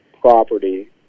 property